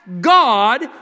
God